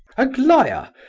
aglaya,